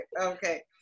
okay